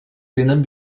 tenen